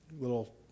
little